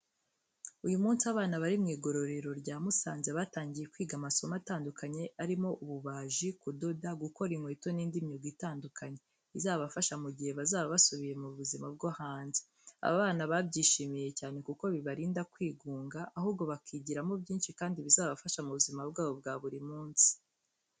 Uyu munsi abana bari mu igororero rya Musanze batangiye kwiga amasomo atandukanye arimo ububaji, kudoda, gukora inkweto n’indi myuga itandukanye, izabafasha mu gihe bazaba basubiye mu buzima bwo hanze. Abana babyishimiye cyane kuko bibarinda kwigunga, ahubwo bakigiramo byinshi kandi bizabafasha mu buzima bwabo bwa buri munsi.